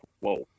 whoa